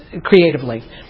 creatively